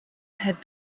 had